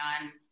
on